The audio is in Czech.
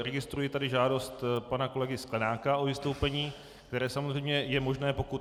Registruji tady žádost pana kolegy Sklenáka o vystoupení, které samozřejmě je možné, pokud...